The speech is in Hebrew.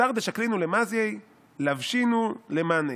"בתר דשקלינהו למזייה לבשינהו למאניה"